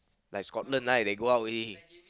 like Scotland right they go out already